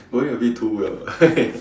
probably a bit too well